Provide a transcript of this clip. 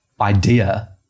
idea